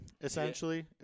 essentially